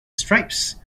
stripes